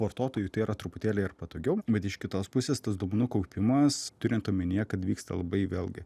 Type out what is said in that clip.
vartotojui tai yra truputėlį ir patogiau iš kitos pusės tas duomenų kaupimas turint omenyje kad vyksta labai vėlgi